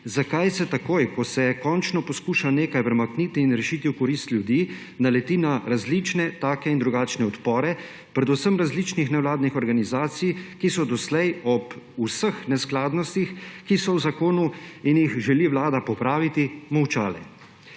zakaj se takoj, ko se končno poskuša nekaj premakniti in rešiti v korist ljudi, naleti na različne take in drugačne odpore, predvsem različnih nevladnih organizacij, ki so doslej ob vseh neskladnostih, ki so v zakonu in jih želi vlada popraviti, molčale.